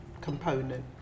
component